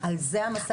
על זה המשא ומתן עכשיו.